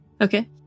Okay